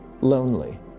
lonely